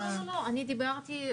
אני דיברתי,